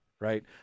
right